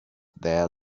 there